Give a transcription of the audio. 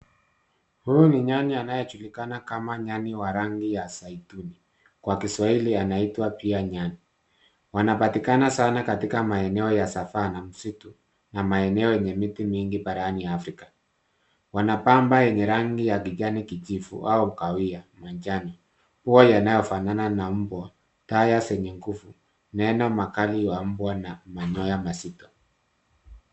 Huu ni nyani anayejulikana kama nyani wa rangi ya zaituni. Kwa Kiswahili anaitwa pia nyani. Wanapatikana sana katika maeneo ya Savannah msitu na maeneo yenye miti mingi barani Afrika. Wana pamba yenye rangi ya kijani kijivu au kahawia manjani. Pua yanayofanana na mbwa, taa zenye nguvu, meno makali na manyoya mazito.